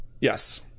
Yes